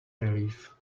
relief